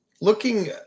Looking